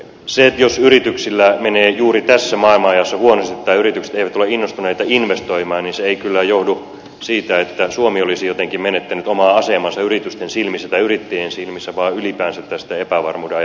eli jos yrityksillä menee juuri tässä maailmanajassa huonosti tai yritykset eivät ole innostuneita investoimaan niin se ei kyllä johdu siitä että suomi olisi jotenkin menettänyt omaa asemaansa yrittäjien silmissä vaan ylipäänsä tästä epävarmuuden ajasta